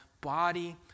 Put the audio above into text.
body